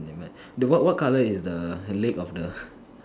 never mind the what what colour is the leg of the